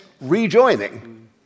rejoining